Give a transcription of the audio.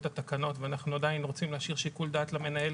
התקנות ואנחנו עדיין רוצים להשאיר שיקול דעת למנהל